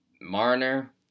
Marner